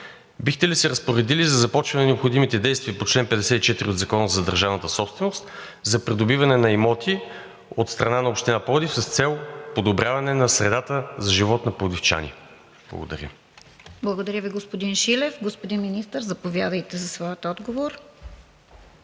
бихте ли се разпоредили за започване на необходимите действия по чл. 54 от Закона за държавната собственост за придобиване на имотите от страна на Община Пловдив с цел подобряване на средата за живот на пловдивчани? Благодаря. ПРЕДСЕДАТЕЛ РОСИЦА КИРОВА: Благодаря Ви, господин Шилев. Господин Министър, заповядайте за своя отговор.